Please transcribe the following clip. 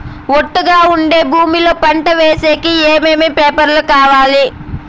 ఒట్టుగా ఉండే భూమి లో పంట వేసేకి ఏమేమి పేపర్లు కావాలి?